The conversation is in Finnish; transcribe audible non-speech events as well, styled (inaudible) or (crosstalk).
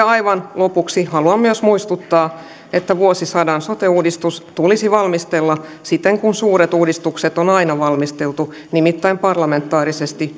(unintelligible) aivan lopuksi haluan myös muistuttaa että vuosisadan sote uudistus tulisi valmistella siten kuin suuret uudistukset on on aina valmisteltu nimittäin parlamentaarisesti (unintelligible)